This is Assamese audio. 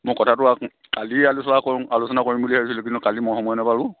মই কথাটো কালি আলোচনা কৰো আলোচনা কৰিম বুলি ভাবিছিলোঁ কিন্তু কালি মই সময় নাপালোঁ